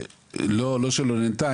לא שלא נענתה,